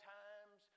times